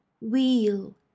wheel